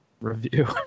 review